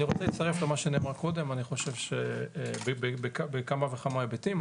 אני רוצה להצטרף למה שנאמר קודם בכמה וכמה היבטים.